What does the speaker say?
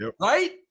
right